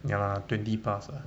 ya lah twenty plus ah